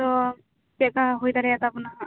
ᱫᱚ ᱪᱮᱫ ᱞᱮᱠᱟ ᱦᱩᱭ ᱫᱟᱲᱮ ᱟᱛᱟᱣ ᱵᱚᱱᱟ ᱦᱟᱜ